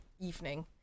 evening